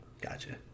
Gotcha